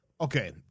okay